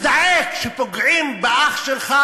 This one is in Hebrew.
מזדעק כשפוגעים באח שלך,